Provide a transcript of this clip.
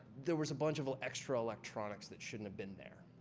there was a bunch of ah extra electronics that shouldn't have been there,